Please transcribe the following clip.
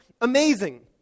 amazing